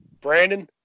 Brandon